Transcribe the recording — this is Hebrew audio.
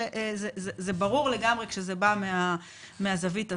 שזה ברור לגמרי כשזה בא מהזווית הזאת.